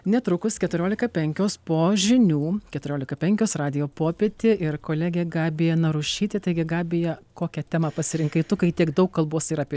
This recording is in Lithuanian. netrukus keturiolika penkios po žinių keturiolika penkios radijo popietė ir kolegė gabija narušytė taigi gabija kokią temą pasirinkai tu kai tiek daug kalbos ir apie